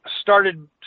started